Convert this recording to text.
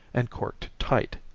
and corked tight.